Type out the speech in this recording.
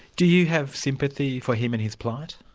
do you have sympathy for him and his plight?